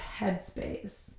headspace